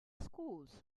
schools